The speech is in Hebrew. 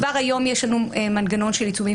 כבר היום יש לנו מנגנון של עיצומים